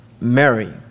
Mary